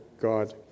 God